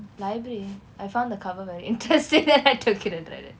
library I found the cover very interesting then I took it and read it